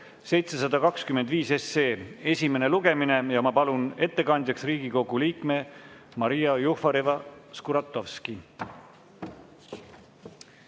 725 esimene lugemine. Ma palun ettekandjaks Riigikogu liikme Maria Jufereva-Skuratovski.